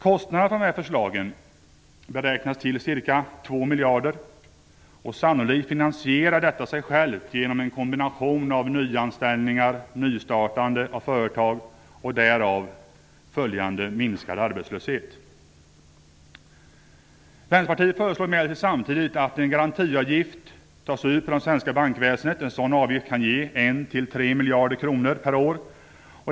Kostnaderna för förslagen beräknas till ca 2 miljarder, och sannolikt finansierar detta sig självt genom en kombination av nyanställningar, nystartande av företag och därav följande minskad arbetslöshet. Vänsterpartiet föreslår samtidigt att en garantiavgift tas ut på det svenska bankväsendet. En sådan avgift kan ge 1-3 miljarder kronor per år.